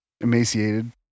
Emaciated